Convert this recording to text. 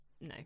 No